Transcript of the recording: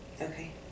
okay